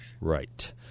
Right